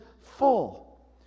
full